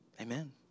Amen